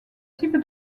type